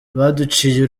baduciye